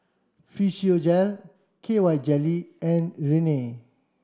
Physiogel K Y jelly and Rene